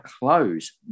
close